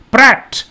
Pratt